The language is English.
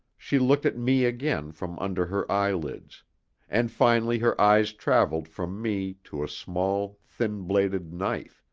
she looked at me again from under her eyelids and finally her eyes travelled from me to a small, thin-bladed knife,